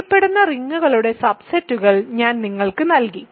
അറിയപ്പെടുന്ന റിങ്ങുകളുടെ സബ്സെറ്റുകൾ ഞാൻ നിങ്ങൾക്ക് നൽകി